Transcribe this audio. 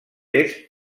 est